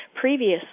Previously